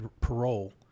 Parole